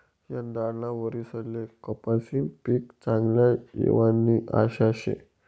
यंदाना वरीसले कपाशीनं पीक चांगलं येवानी आशा शे